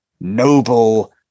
noble